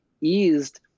eased